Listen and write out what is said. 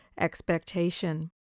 expectation